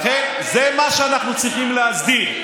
לכן זה מה שאנחנו צריכים להסדיר.